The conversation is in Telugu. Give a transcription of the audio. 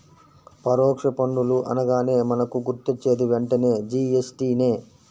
పరోక్ష పన్నులు అనగానే మనకు గుర్తొచ్చేది వెంటనే జీ.ఎస్.టి నే